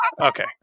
Okay